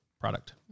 product